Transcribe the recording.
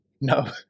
No